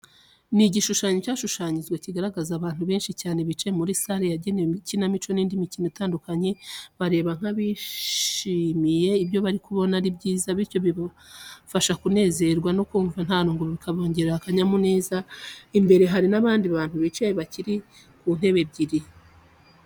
Ni igishushanyo cyashushanyijwe kigaragaza abantu benshi cyane bicaye muri sare yagenewe ikinamico n'indi mikino itandukanye bareba nk'abishimiye ibyo bari kubona ari byiza, bityo bibafasha kunezerwa no kumva ntarungu bikabongerera akanyamuneza, imbere hari n'abandi bantu bicaye babiri ku ntebe ebyiri.